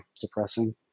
depressing